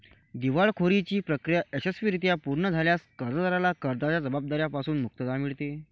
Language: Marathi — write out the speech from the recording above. दिवाळखोरीची प्रक्रिया यशस्वीरित्या पूर्ण झाल्यास कर्जदाराला कर्जाच्या जबाबदार्या पासून मुक्तता मिळते